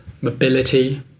mobility